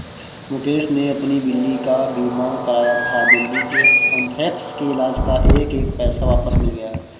मुकेश ने अपनी बिल्ली का बीमा कराया था, बिल्ली के अन्थ्रेक्स के इलाज़ का एक एक पैसा वापस मिल गया